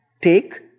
take